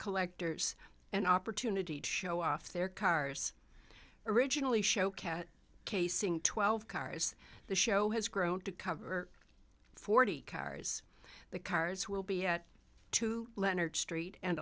collectors an opportunity to show off their cars originally show cat casing twelve cars the show has grown to cover forty cars the cars will be at two leonard street and